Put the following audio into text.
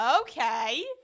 Okay